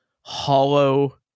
hollow